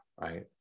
right